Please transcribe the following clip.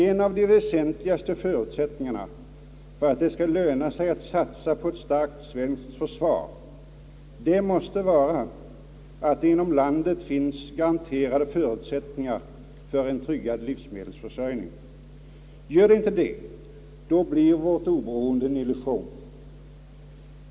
En av de väsentligaste förutsättningarna för att det skall löna sig att satsa på ett starkt svenskt försvar måste vara, att det inom landet finns garanterade förutsättningar för en tryggad livsmedelsförsörjning. Finns inte dessa förutsättningar, blir vårt oberoende en illusion.